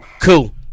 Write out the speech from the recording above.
Cool